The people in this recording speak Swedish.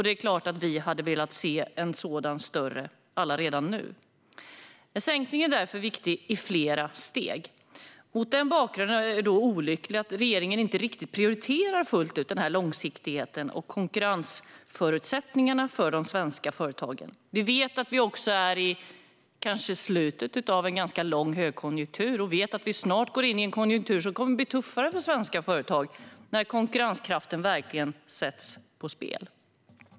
Det är klart att vi hade velat se en sådan större sänkning redan nu. En sänkning är viktig i flera steg. Mot den bakgrunden är det olyckligt att regeringen inte riktigt fullt ut prioriterar denna långsiktighet och konkurrensförutsättningarna för de svenska företagen. Vi vet att vi är i slutet av en ganska lång högkonjunktur, och vi vet att vi snart går in i en konjunktur som kommer att bli tuffare för svenska företag när konkurrenskraften verkligen sätts på spel.